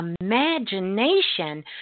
imagination